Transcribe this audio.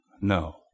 No